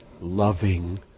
loving